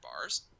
bars